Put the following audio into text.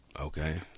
Okay